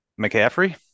McCaffrey